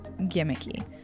gimmicky